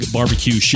Barbecue